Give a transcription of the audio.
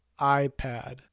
ipad